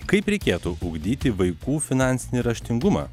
kaip reikėtų ugdyti vaikų finansinį raštingumą